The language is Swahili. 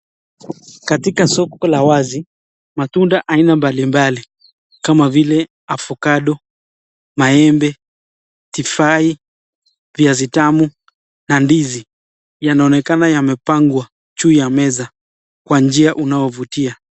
Katika soko la wazi matunda aina mbalimbali, kama vile avocado ,maembe, tufahi, viazi vitamu na ndizi yanaonekana yamepangwa juu ya meza kwa njia unaovutia.